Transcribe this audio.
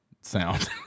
sound